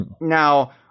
Now